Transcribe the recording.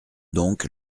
donc